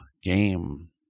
game